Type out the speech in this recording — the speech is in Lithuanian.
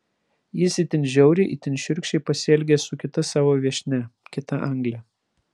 jis itin žiauriai itin šiurkščiai pasielgė su kita savo viešnia kita angle